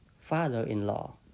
father-in-law